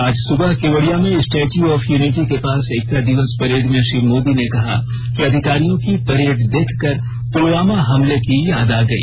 आज सुबह गुजरात के केवड़िया में स्टैच्यू ऑफ यूनिटी के पास एकता दिवस परेड में श्री मोदी ने कहा कि अधिकारियों की परेड देखकर पुलवामा हमले की याद आ गई